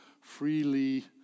freely